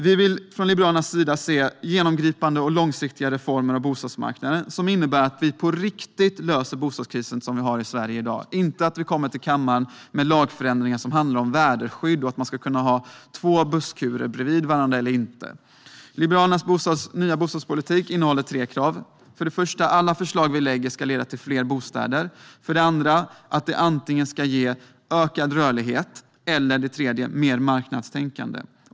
Vi vill från Liberalernas sida se genomgripande och långsiktiga reformer av bostadsmarknaden som innebär att vi på riktigt löser den bostadskris som vi har i Sverige i dag, inte att vi kommer till kammaren med lagförändringar som handlar om väderskydd och om man ska kunna ha två busskurer bredvid varandra eller inte. Liberalernas nya bostadspolitik innehåller tre krav. Alla förslag som vi lägger fram ska leda till fler bostäder, och de ska antingen ge ökad rörlighet eller mer marknadstänkande.